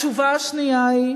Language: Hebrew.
התשובה השנייה היא